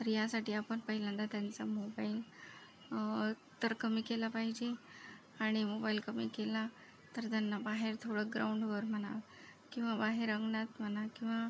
तर यासाठी आपण पहिल्यांदा त्यांचा मोबाईल तर कमी केला पाहिजे आणि मोबाईल कमी केला तर त्यांना बाहेर थोडं ग्राऊंडवर म्हणा किंवा बाहेर अंगणात म्हणा किंवा